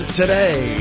today